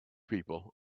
people